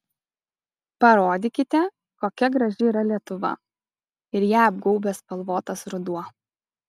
parodykite kokia graži yra lietuva ir ją apgaubęs spalvotas ruduo